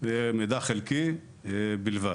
מידע חלקי בלבד.